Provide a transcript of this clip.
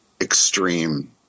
extreme